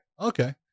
Okay